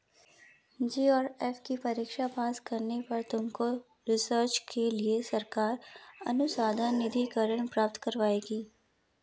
JRF की परीक्षा pass करने पर तुमको रिसर्च के लिए सरकार अनुसंधान निधिकरण प्राप्त करवाएगी